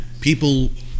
people